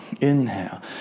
Inhale